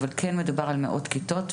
אבל כן מדובר על מאות כיתות.